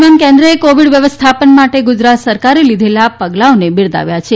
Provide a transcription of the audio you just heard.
દરમિયાન કેન્ર્ એ કોવિડ વ્યવસ્થાપન માટે ગુજરાત સરકારે લીઘેલા પગલાંઓને બિરદાવ્યા છે